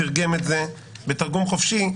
הוא תרגם את זה בתרגום חופשי.